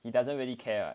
he doesn't really care